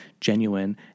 genuine